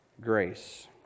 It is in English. grace